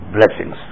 blessings